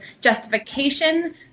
justification